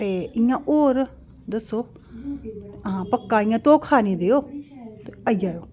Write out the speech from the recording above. ते इ'यां होर दस्सो आं पक्का इ'यां धोखा निं देयो ते आई जायो